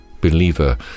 Believer